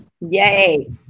Yay